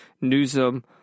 Newsom